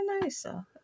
nicer